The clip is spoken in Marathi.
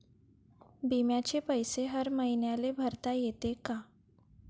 बिम्याचे पैसे हर मईन्याले भरता येते का?